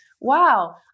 wow